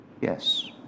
Yes